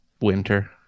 winter